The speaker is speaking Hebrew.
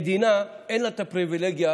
למדינה אין את הפריבילגיה